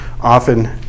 often